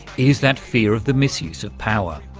is that fear of the misuse of power.